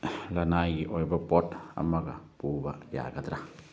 ꯂꯅꯥꯏꯒꯤ ꯑꯣꯏꯕ ꯄꯣꯠ ꯑꯃꯒ ꯄꯨꯕ ꯌꯥꯒꯗ꯭ꯔꯥ